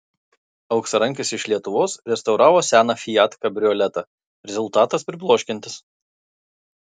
auksarankis iš lietuvos restauravo seną fiat kabrioletą rezultatas pribloškiantis